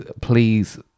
Please